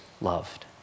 loved